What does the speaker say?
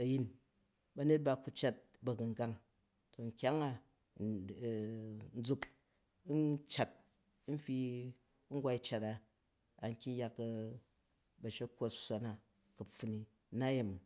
ayin, banyet ba a ku cat bagungang. To nkyang nzuk ncat nfi, n gwai cat a an kyang yak bashe kkwot sww na kapffun ni u nayemi